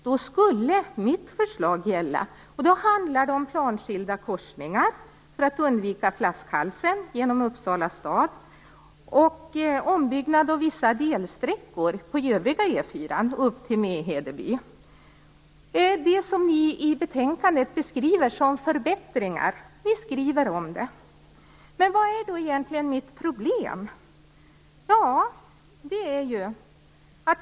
Då skulle mitt förslag gälla, och då handlar det om planskilda korsningar för att undvika flaskhalsen genom Uppsala stad och ombyggnad av vissa delsträckor på övriga E 4 upp till Det är det som ni i betänkandet beskriver som förbättringar. Men vad är då egentligen mitt problem?